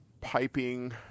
piping